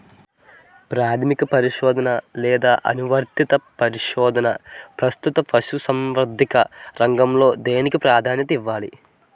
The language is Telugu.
ప్రాథమిక పరిశోధన లేదా అనువర్తిత పరిశోధన? ప్రస్తుతం పశుసంవర్ధక రంగంలో దేనికి ప్రాధాన్యత ఇవ్వాలి?